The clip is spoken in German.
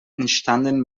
entstanden